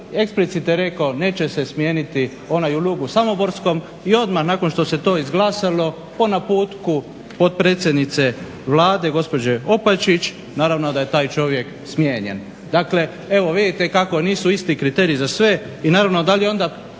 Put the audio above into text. Explicite je rekao neće se smijeniti onaj u Lugu Samoborskom i odmah nakon što se to izglasalo po naputku potpredsjednice Vlade gospođe Opačić naravno da je taj čovjek smijenjen. Dakle, evo vidite kako nisu isti kriteriji za sve. I naravno da li je onda